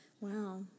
Wow